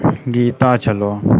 गीता छलौ